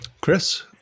Chris